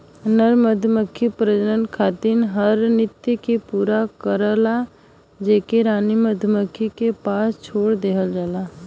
नर मधुमक्खी प्रजनन खातिर हर नृत्य के पूरा करला जेके रानी मधुमक्खी के पास छोड़ देहल जाला